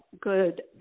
good